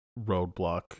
roadblock